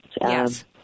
Yes